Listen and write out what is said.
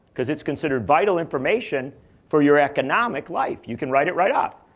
because it's considered vital information for your economic life. you can write it right off.